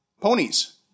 Ponies